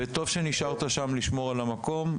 וטוב שנשארת לשמור על המקום,